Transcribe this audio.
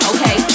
Okay